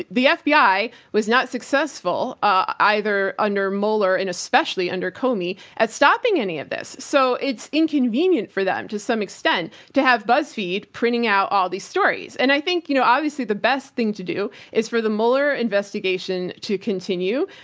the fbi was not successful, either under mueller and especially under comey at stopping any of this. so it's inconvenient for them, to some extent, to have buzzfeed printing out all these stories. and i think, you know, obviously the best thing to do is for the mueller investigation to continue.